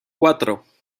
cuatro